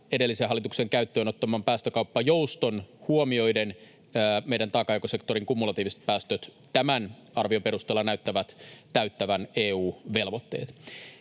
edellisen hallituksen käyttöön ottaman päästökauppajouston huomioiden meidän taakanjakosektorin kumulatiiviset päästöt näyttävät tämän arvion perusteella täyttävän EU-velvoitteet.